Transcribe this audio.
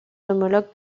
homologues